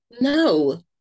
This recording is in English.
No